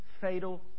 fatal